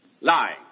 lying